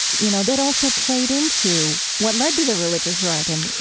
you know, that also played into what led to the religious right in,